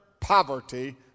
poverty